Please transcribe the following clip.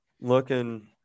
looking